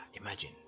imagine